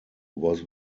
was